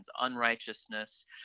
unrighteousness